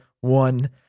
one